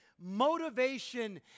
motivation